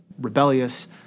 rebellious